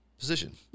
position